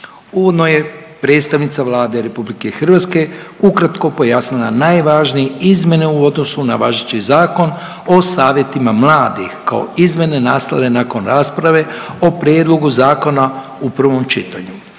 Uvodno je predstavnica Vlade RH ukratko pojasnila najvažniji izmjene u odnosu na važeći Zakon o savjetima mladih, kao izmjene nastale nakon rasprave o prijedlogu zakona u prvom čitanju.